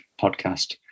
podcast